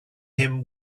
him